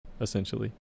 essentially